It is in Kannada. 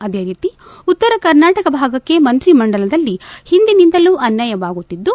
ಅದೇ ರೀತಿ ಉತ್ತರ ಕರ್ನಾಟಕ ಭಾಗಕ್ಕೆ ಮಂತ್ರಿಮಂಡಲದಲ್ಲಿ ಹಿಂದಿನಿಂದಲೂ ಅನ್ನಾಯವಾಗುತ್ತಿದ್ದು